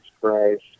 Christ